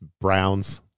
Browns